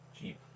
cheap